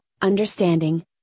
Understanding